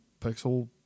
pixel